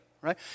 right